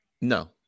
No